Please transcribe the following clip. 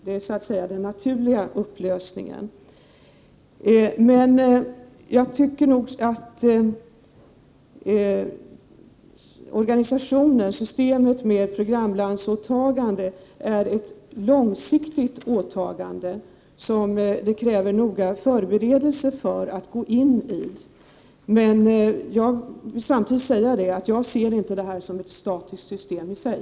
Det är den naturliga upplösningen. Men jag tycker nog att systemet med programländer innebär ett långsiktigt åtagande och att det krävs noggranna förberedelser för att gå in i det. Jag vill dock inte att det skall vara ett statiskt system i sig.